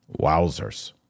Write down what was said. Wowzers